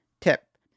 Tip